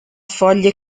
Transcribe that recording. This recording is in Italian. foglie